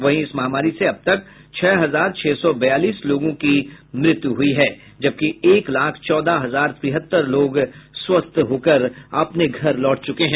वहीं इस महामारी से अबतक छह हजार छह सौ बयालीस लोगों की मृत्यू हुई है जबकि एक लाख चौदह हजार तिहत्तर लोग स्वस्थ हो चुके हैं